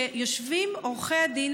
מה שהיה נהוג הוא שיושבים עורכי הדין,